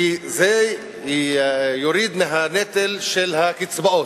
כי זה יוריד מהנטל של הקצבאות,